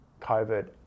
COVID